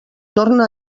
torna